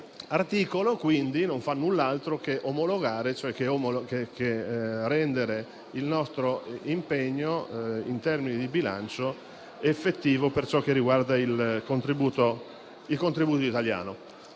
articolo quindi non fa null'altro che rendere il nostro impegno in termini di bilancio effettivo per ciò che riguarda il contributo italiano.